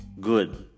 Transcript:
Good